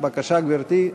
בבקשה, גברתי.